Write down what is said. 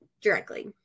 directly